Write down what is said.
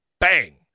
bang